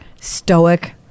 stoic